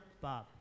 Bob